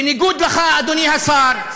בניגוד לך, אדוני השר,